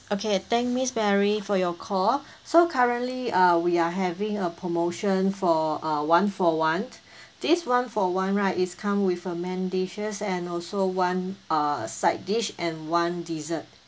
okay thank miss mary for your call so currently uh we are having a promotion for uh one for one this one for one right is come with a main dishes and also one uh side dish and one dessert